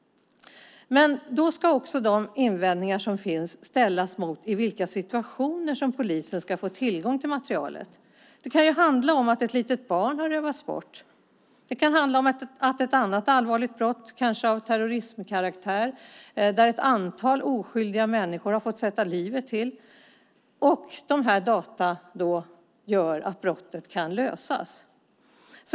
Men de invändningar som finns ska ställas mot i vilka situationer som polisen ska få tillgång till materialet. Det kan handla om att ett litet barn har rövats bort. Det kan handla om ett annat allvarligt brott, kanske av terrorismkaraktär, där ett antal oskyldiga människor har fått sätta livet till, där dessa data gör att brottet kan lösas.